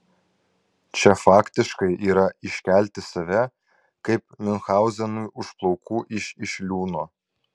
čia faktiškai yra iškelti save kaip miunchauzenui už plaukų iš iš liūno